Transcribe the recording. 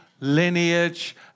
lineage